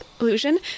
illusion